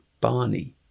Barney